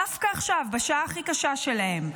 דווקא עכשיו, בשעה הכי קשה שלהם,